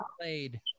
played